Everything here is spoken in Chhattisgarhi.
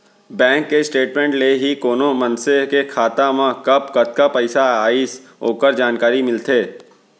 बेंक के स्टेटमेंट ले ही कोनो मनसे के खाता मा कब कतका पइसा आइस ओकर जानकारी मिलथे